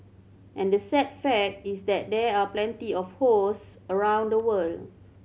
and the sad fact is that there are plenty of hosts around the world